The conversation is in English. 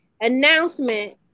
announcement